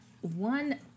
one